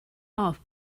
off